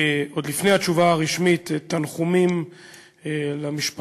עוד לפני התשובה הרשמית, תנחומים למשפחות